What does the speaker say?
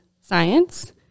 science